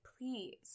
please